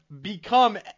become